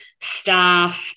staff